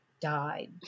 died